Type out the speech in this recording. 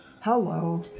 Hello